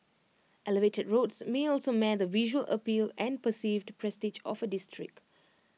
elevated roads may also mar the visual appeal and perceived prestige of A district